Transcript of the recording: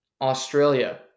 Australia